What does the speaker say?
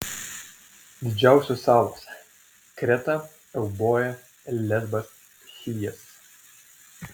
didžiausios salos kreta euboja lesbas chijas